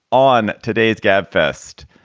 on today's gabfest,